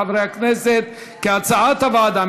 חברי הכנסת, כהצעת הוועדה.